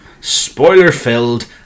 spoiler-filled